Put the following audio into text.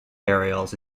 burials